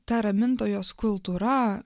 ta ramintojos kultūra